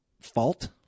fault